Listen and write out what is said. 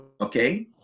Okay